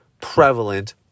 prevalent